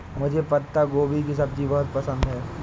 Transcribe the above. मुझे पत्ता गोभी की सब्जी बहुत पसंद है